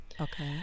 Okay